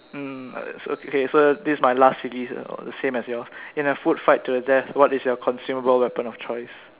mm okay so this is my last silly the same as yours in a food fight to your death what is your consumable weapon of choice